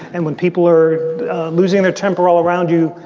and when people are losing their temper all around you,